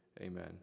amen